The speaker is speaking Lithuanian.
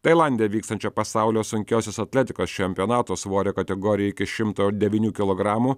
tailande vykstančio pasaulio sunkiosios atletikos čempionato svorio kategorijoj iki šimto devynių kilogramų